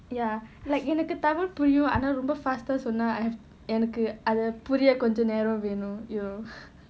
ya like எனக்கு:enakku tamil புரியும் ஆனா ரொம்ப:puriyum aanaa romba fast ah பேசுனா புரிய கொஞ்ச நேரம் ஆகும்:pesunaa puriya konjam neram aagum you know